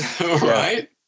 right